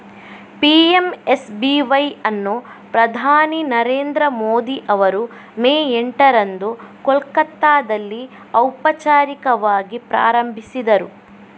PMSBY ಅನ್ನು ಪ್ರಧಾನಿ ನರೇಂದ್ರ ಮೋದಿ ಅವರು ಮೇ ಎಂಟರಂದು ಕೋಲ್ಕತ್ತಾದಲ್ಲಿ ಔಪಚಾರಿಕವಾಗಿ ಪ್ರಾರಂಭಿಸಿದರು